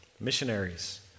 Missionaries